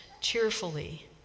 cheerfully